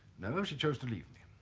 no she chose to leave me